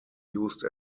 used